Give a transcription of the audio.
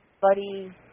Buddy